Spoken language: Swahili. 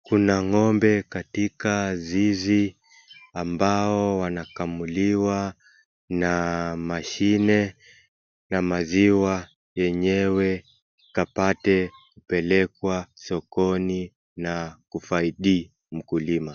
Kuna ng'ombe katika zizi ambao wanakamuliwa na mashine na maziwa yenyewe ipate kupelekwa sokoni na kufaidi mkulima.